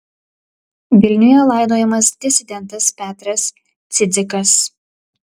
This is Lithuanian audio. vilniuje laidojamas disidentas petras cidzikas